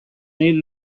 made